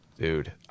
dude